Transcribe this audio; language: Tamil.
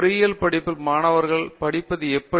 பொறியியல் படிப்பில் மாணவர்களைப் படிப்பது எப்படி